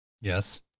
Yes